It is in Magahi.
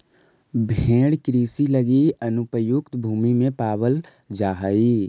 भेंड़ कृषि लगी अनुपयुक्त भूमि में पालल जा हइ